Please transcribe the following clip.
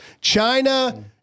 China